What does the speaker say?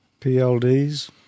PLDs